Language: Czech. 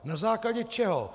Na základě čeho?